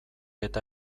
eta